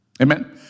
Amen